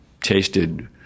tasted